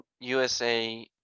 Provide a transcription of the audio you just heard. usa